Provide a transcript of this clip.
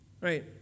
Right